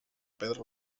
pedra